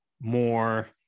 more